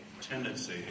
tendency